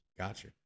Gotcha